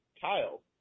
Kyle